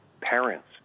parents